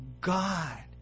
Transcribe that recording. God